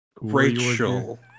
Rachel